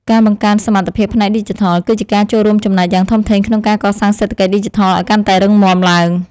ការបង្កើនសមត្ថភាពផ្នែកឌីជីថល គឺជាការចូលរួមចំណែកយ៉ាងធំធេងក្នុងការកសាងសេដ្ឋកិច្ចឌីជីថលឱ្យកាន់តែរឹងមាំឡើង។